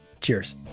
Cheers